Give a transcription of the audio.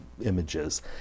images